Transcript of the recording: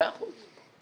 מאה אחוז.